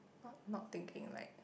not thinking like